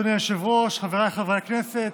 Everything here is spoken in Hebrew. אדוני היושב-ראש, חבריי חברי הכנסת,